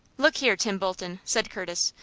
look here, tim bolton, said curtis,